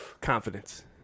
confidence